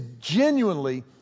genuinely